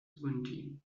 bounty